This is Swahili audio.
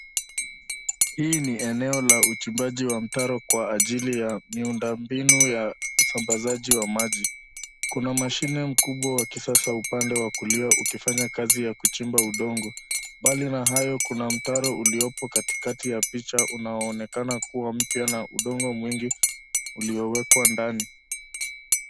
Hii ni eneo la uchimbaji wa mtaro kwa ajili ya miundo mbinu ya usambazaji wa maji. Kuna mashine mkubwa wa kisasa upande wa kulia ukifanya kazi ya kuchimba udongo. Mbali na hayo kuna mtaro uliopo katikati ya picha unaoonekana kuwa mpya na udongo mwingi uliyowekwa ndani.